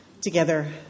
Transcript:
together